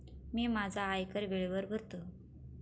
मी माझा आयकर वेळेवर भरतो